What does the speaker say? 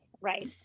right